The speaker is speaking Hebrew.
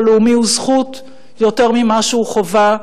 הלאומי הוא זכות יותר ממה שהוא חובה,